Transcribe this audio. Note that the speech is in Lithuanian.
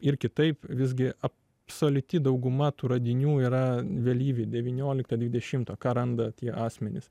ir kitaip visgi absoliuti dauguma tų radinių yra vėlyvi devyniolikto dvidešimto ką randa tie asmenys